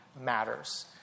matters